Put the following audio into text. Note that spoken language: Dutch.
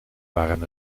waren